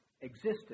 existence